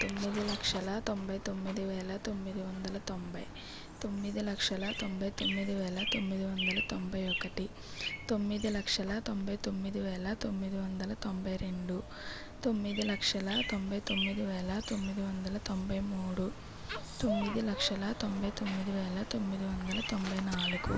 తొమ్మిది లక్షల తొంభై తొమ్మిది వేల తొమ్మిది వందల తొంభై తొమ్మిది లక్షల తొంభై తొమ్మిది వేల తొమ్మిది వందల తొంభై ఒకటి తొమ్మిది లక్షల తొంభై తొమ్మిది వేల తొమ్మిది వందల తొంభై రెండు తొమ్మిది లక్షల తొంభై తొమ్మిది వేల తొమ్మిది వందల తొంభై మూడు తొమ్మిది లక్షల తొంభై తొమ్మిది వేల తొమ్మిది వందల తొంభై నాలుగు